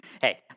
Hey